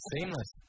Seamless